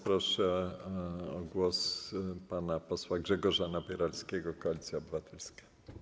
Proszę o zabranie głosu pana posła Grzegorza Napieralskiego, Koalicja Obywatelska.